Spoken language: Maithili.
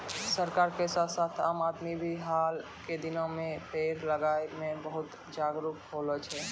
सरकार के साथ साथ आम आदमी भी हाल के दिनों मॅ पेड़ लगाय मॅ बहुत जागरूक होलो छै